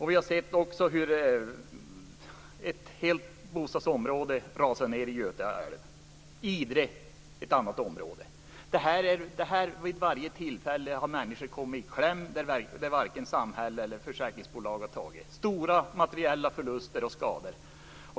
Vi har också sett hur ett helt bostadsområde rasade ned i Göta älv. Idre är ett annat område. Vid varje tillfälle har människor kommit i kläm. Varken samhälle eller försäkringsbolag har tagit ansvar för stora materiella förluster skador.